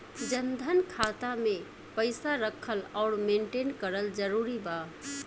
जनधन खाता मे पईसा रखल आउर मेंटेन करल जरूरी बा?